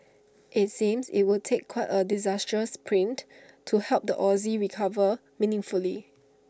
IT seems IT would take quite A disastrous print to help the Aussie recover meaningfully